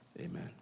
Amen